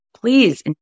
Please